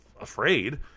afraid